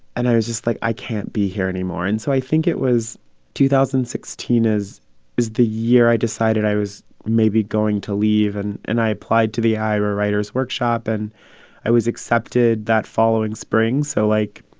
and i was just like, i can't be here anymore. and so i think it was two thousand and sixteen is is the year i decided i was maybe going to leave. and and i applied to the iowa writers' workshop, and i was accepted that following spring so, like,